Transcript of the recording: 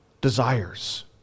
desires